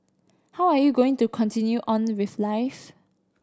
how are you going to continue on with life